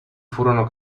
furono